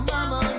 Mama